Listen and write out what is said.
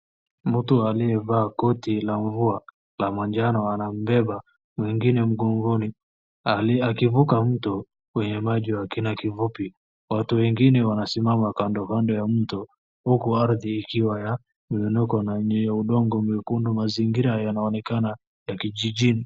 Mtu aliyevaa koti la mvua la majano anambeba mwingine mgongoni aliye, akivuka mto kwenye maji ya kina kifupi. Watu wengine wanasimama kando kando ya mto huku ardhi ikiwa ya mwinuko na yenye udogo mwekundu. Mazingira yanaonekana ya kijijini.